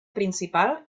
principal